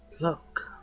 Look